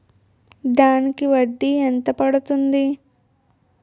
దానికి వడ్డీ ఎంత పడుతుంది?